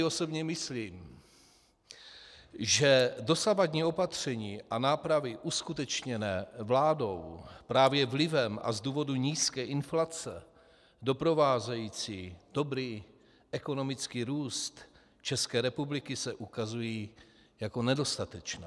Osobně si tedy myslím, že dosavadní opatření a nápravy uskutečněné vládou právě vlivem a z důvodu nízké inflace doprovázející dobrý ekonomický růst České republiky se ukazují jako nedostatečné.